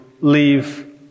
leave